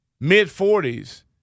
mid-40s